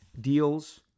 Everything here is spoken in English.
deals